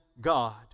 God